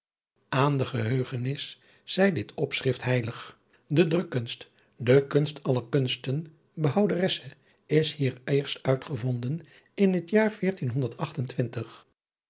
aan de geheugenis zij dit opschrift heilig de drukkunst de kunst aller kunsten behouderesse is hier eerst uitgevonden in het jaar